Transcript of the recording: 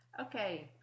Okay